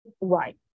Right